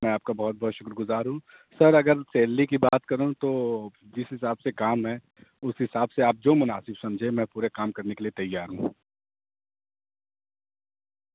میں آپ کا بہت بہت شکر گزار ہوں سر اگر سیلیلی کی بات کروں تو جس حساب سے کام ہے اس حساب سے آپ جو مناسب سمجھے میں پورے کام کرنے کے لیے تیار ہوں